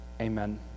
Amen